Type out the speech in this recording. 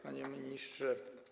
Panie Ministrze!